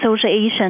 association